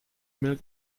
mail